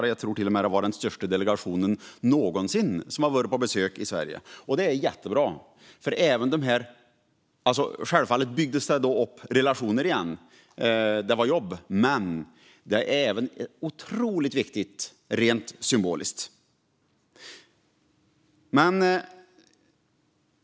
Jag tror att det till och med var den största delegationen någonsin, och det var jättebra. Självfallet byggdes relationer upp igen, men det hade också ett otroligt viktigt symbolvärde.